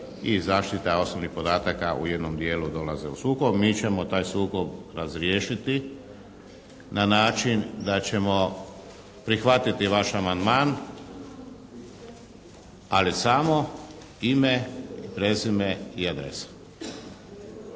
i zaštita osobnih podataka u jednom dijelu dolaze u sukob. Mi ćemo taj sukob razriješiti na način da ćemo prihvatiti vaš amandman, ali samo ime, prezime i adresu.